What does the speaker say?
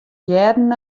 hearden